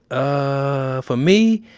ah, for me,